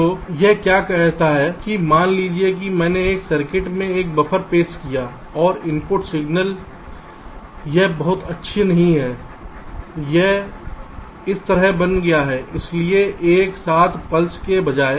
तो यह क्या कहता है कि मान लीजिए कि मैंने एक सर्किट में एक बफर पेश किया है और इनपुट सिग्नल यह बहुत अच्छा नहीं है यह इस तरह बन गया है इसलिए एक साफ पल्स के बजाय